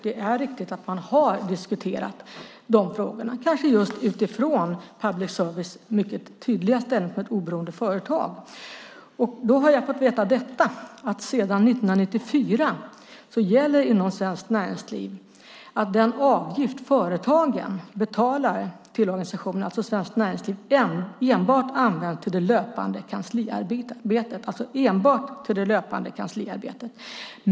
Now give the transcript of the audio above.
Det är riktigt att man har diskuterat de frågorna, kanske just utifrån public service mycket tydliga ställning som ett oberoende företag. Jag har fått reda på att sedan 1994 gäller inom Svenskt Näringsliv att den avgift företagen betalar till Svenskt Näringsliv enbart används till det löpande kansliarbetet.